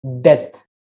death